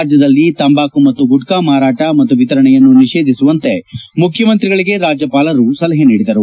ರಾಜ್ಯದಲ್ಲಿ ತಂಬಾಕು ಮತ್ತು ಗುಟ್ಲಾ ಮಾರಾಟ ಮತ್ತು ವಿತರಣೆಯನ್ನು ನಿಷೇಧಿಸುವಂತೆ ಮುಖ್ಯಮಂತ್ರಿಗಳಿಗೆ ರಾಜ್ಯಪಾಲರು ಸಲಹೆ ನೀಡಿದರು